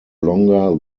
longer